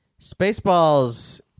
Spaceballs